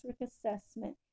assessment